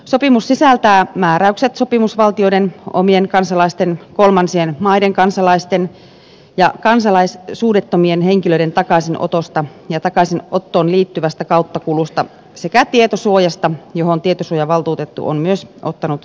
sopimus sisältää määräykset sopimusvaltioiden omien kansalaisten kolmansien maiden kansalaisten ja kansalaisuudettomien henkilöiden takaisinotosta ja takaisinottoon liittyvästä kauttakulusta sekä tietosuojasta johon tietosuojavaltuutettu on myös ottanut kantaa